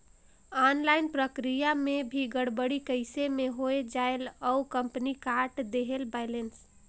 Online प्रक्रिया मे भी गड़बड़ी कइसे मे हो जायेल और कंपनी काट देहेल बैलेंस?